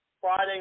Friday